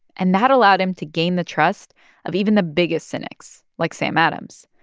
and that allowed him to gain the trust of even the biggest cynics, like sam adams.